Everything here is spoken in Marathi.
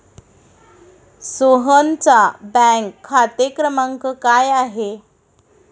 सोहनचा बँक खाते क्रमांक काय आहे?